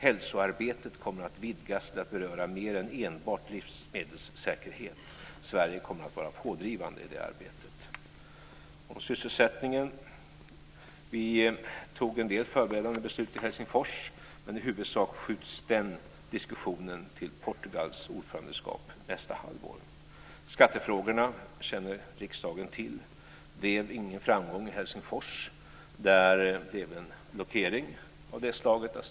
Hälsoarbetet kommer att vidgas till att beröra mer än enbart livsmedelssäkerhet. Sverige kommer att vara pådrivande i det arbetet. När det gäller sysselsättningen fattade vi en del förberedande beslut i Helsingfors, men i huvudsak skjuts den diskussionen till Portugals ordförandeskap nästa halvår. Som riksdagen känner till blev det ingen framgång med skattefrågorna i Helsingfors. Där blev det en blockering.